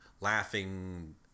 laughing